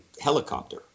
helicopter